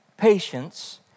patience